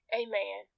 amen